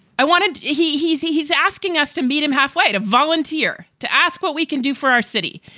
i wanted to he he's he. he's asking us to meet him halfway, to volunteer, to ask what we can do for our city.